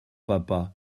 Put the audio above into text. papa